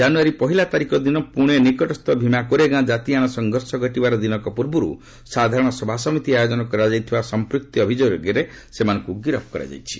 ଜାନୁଆରୀ ପହିଲା ତାରିଖ ଦିନ ପୁଣେ ନିକଟସ୍ଥ ଭିମାକୋରେଗାଁ ବାତିଆଣ ସଂଘର୍ଷ ଘଟିବାର ଦିନକ ପୂର୍ବରୁ ସାଧାରଣ ସଭାସମିତି ଆୟୋଜନ କରାଯାଇଥିବା ସମ୍ପୃକ୍ତି ଅଭିଯୋଗରେ ଏମାନଙ୍କୁ ଗିରଫ୍ କରାଯାଇଛି